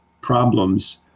problems